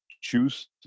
choose